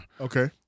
Okay